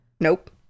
Nope